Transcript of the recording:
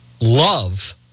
love